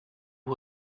who